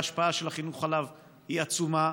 ההשפעה של החינוך עליו היא עצומה,